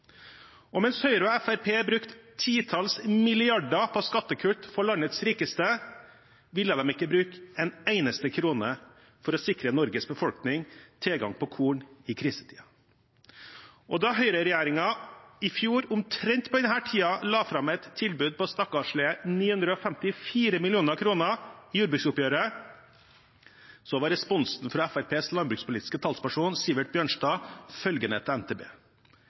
Mens Høyre og Fremskrittspartiet brukte titalls milliarder på skattekutt for landets rikeste, ville de ikke bruke en eneste krone for å sikre Norges befolkning tilgang på korn i krisetider. Da høyreregjeringen i fjor, omtrent på denne tiden, la fram et tilbud på stakkarslige 954 mill. kr i jordbruksoppgjøret, var responsen fra Fremskrittspartiets landbrukspolitiske talsperson, Sivert Bjørnstad, til NTB